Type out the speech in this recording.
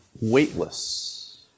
weightless